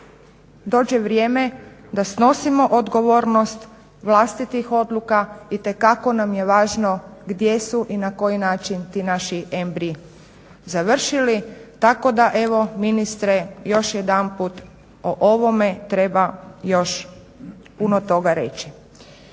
dođe vrijeme da snosimo odgovornost vlastitih odluka itekako nam je važno gdje su i na koji način ti naši embriji završili. Tako da evo ministre još jedanput o ovome treba još puno toga reći.